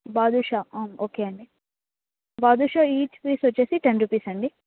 badusha okay అండి badusha each piece వచ్చేసి ten rupees అండి